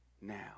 now